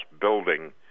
building